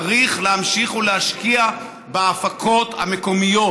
צריך להמשיך ולהשקיע בהפקות המקומיות,